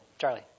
Charlie